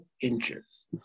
inches